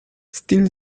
still